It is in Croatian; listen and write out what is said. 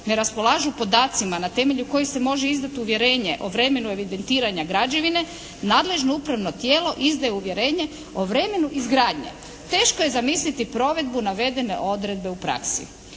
ne raspolažu podacima na temelju kojih se može izdati uvjerenje o vremenu evidentiranja građevine nadležno upravno tijelo izdaje uvjerenje o vremenu izgradnje. Teško je zamisliti provedbu navedene odredbe u praksi.